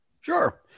Sure